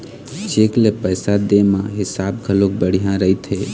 cheque ले पइसा दे म हिसाब घलोक बड़िहा रहिथे